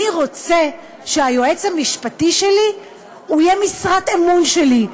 אני רוצה שהיועץ המשפטי שלי יהיה משרת אמון שלי,